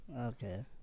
okay